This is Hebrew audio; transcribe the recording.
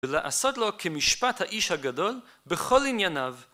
ולעשות לו כמשפט האיש הגדול בכל ענייניו.